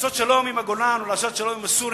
לעשות שלום עם הגולן או לעשות שלום עם הסורים,